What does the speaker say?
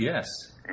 Yes